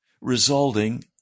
resulting